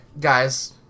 guys